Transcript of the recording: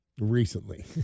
Recently